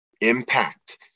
impact